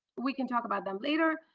we can talk about them later.